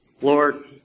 Lord